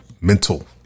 mental